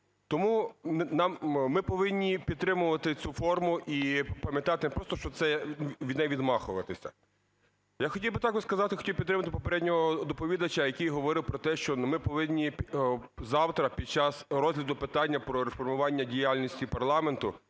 Тому ми повинні підтримувати цю форму і пам'ятати не просто, що це… від неї відмахуватися. Я хотів би також сказати, хотів підтримати попереднього доповідача, який говорив про те, що ми повинні завтра, під час розгляду питання про реформування діяльності парламенту,